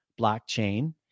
blockchain